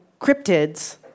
cryptids